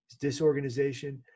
disorganization